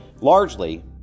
largely